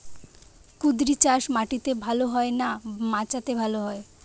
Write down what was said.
কুঁদরি চাষ মাটিতে ভালো হয় না মাচাতে ভালো হয়?